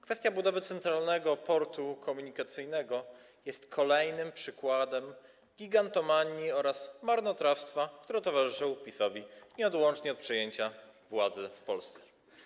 Kwestia budowy Centralnego Portu Komunikacyjnego jest kolejnym przykładem gigantomanii oraz marnotrawstwa, które towarzyszą PiS-owi nieodłącznie od przejęcia władzy w Polsce.